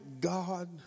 God